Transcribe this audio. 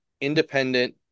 independent